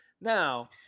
now